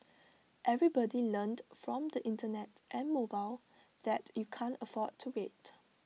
everybody learned from the Internet and mobile that you can't afford to wait